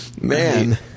Man